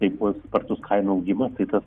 tai buvo spartus kainų augimas tai tas